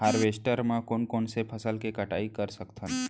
Harvester म कोन कोन से फसल के कटाई कर सकथन?